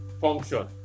function